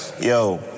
Yo